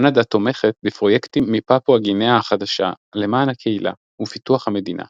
קנדה תומכת בפרויקטים מפפואה גינאה החדשה למען הקהילה ופיתוח המדינה